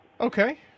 Okay